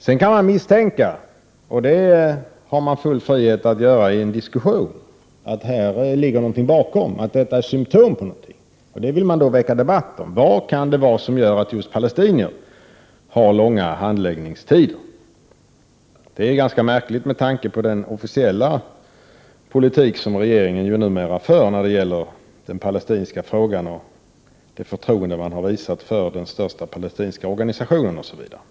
Sedan kan man misstänka — och det har man full frihet att göra i en diskussion — att det ligger någonting bakom, att de långa handläggningstiderna är symptom på någonting. Det vill man då väcka debatt om: Vad kan det vara som gör att just fall som gäller palestinier har långa handläggningstider? Det är ganska märkligt med tanke på den officiella politik som regeringen numera för i den palestinska frågan, det förtroende den har visat för den största palestinska organisationen, osv.